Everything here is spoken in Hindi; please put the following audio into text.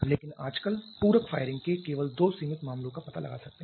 लेकिन आजकल हम पूरक फायरिंग के केवल दो सीमित मामलों का पता लगा सकते हैं